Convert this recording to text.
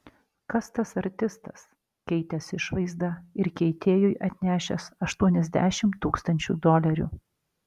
kas tas artistas keitęs išvaizdą ir keitėjui atnešęs aštuoniasdešimt tūkstančių dolerių